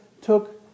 took